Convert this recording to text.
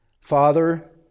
Father